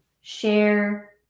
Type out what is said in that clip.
share